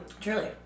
Truly